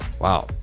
Wow